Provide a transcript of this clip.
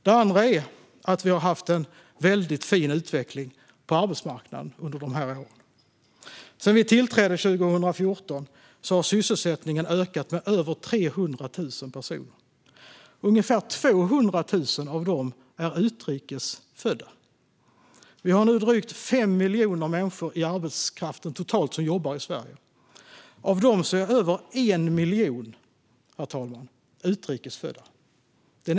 Det andra är att vi har haft en väldigt fin utveckling på arbetsmarknaden under de här åren. Sedan regeringen tillträdde 2014 har sysselsättningen ökat med över 300 000 personer. Ungefär 200 000 av dessa är utrikes födda. Vi har nu drygt 5 miljoner människor i arbetskraften totalt. Så många jobbar i Sverige. Av dessa är över 1 miljon, herr talman, utrikes födda.